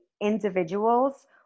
individuals